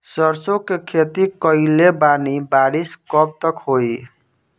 सरसों के खेती कईले बानी बारिश कब तक होई?